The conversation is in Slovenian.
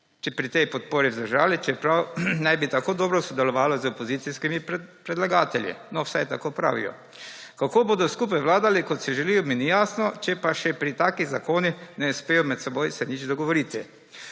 pri tej podpori vzdržali, čeprav naj bi tako dobro sodelovala z opozicijskimi predlagatelji – no, vsaj tako pravijo. Kako bodo skupaj vladali, kot si želijo, mi ni jasno, če se pa še pri takih zakonih ne uspejo med seboj nič dogovoriti.